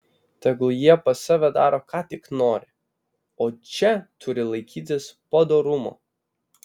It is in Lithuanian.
tegul jie pas save daro ką tik nori o čia turi laikytis padorumo